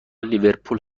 لیورپول